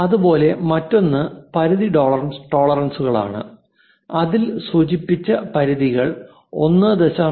അതുപോലെ മറ്റൊന്ന് പരിധി ടോളറൻസുകളാണ് അതിൽ സൂചിപ്പിച്ച പരിധികൾ 1